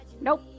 Nope